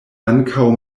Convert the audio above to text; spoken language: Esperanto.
ankaŭ